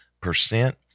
percent